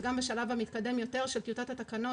וגם בשלב המתקדם יותר של טיוטת התקנות